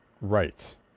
Right